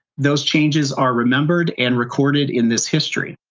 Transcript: those changes are remembered and recorded in this history.